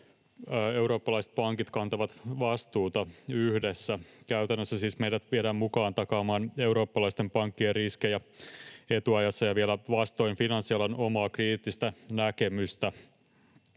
eurooppalaiset pankit kantavat vastuuta yhdessä. Käytännössä siis meidät viedään mukaan takaamaan eurooppalaisten pankkien riskejä etuajassa ja vielä vastoin finanssialan omaa kriittistä näkemystä.